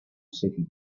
city